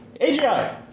AGI